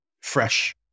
fresh